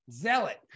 zealot